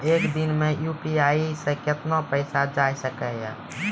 एक दिन मे यु.पी.आई से कितना पैसा जाय सके या?